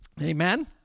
Amen